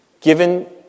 Given